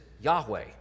Yahweh